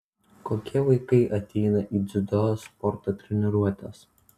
kokie vaikai ateina į dziudo sporto treniruotes